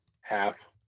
half